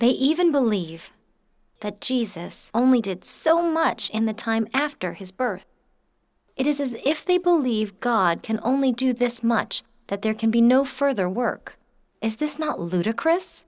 they even believe that jesus only did so much in the time after his birth it is as if they believe god can only do this much that there can be no further work is this not ludicrous